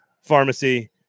Pharmacy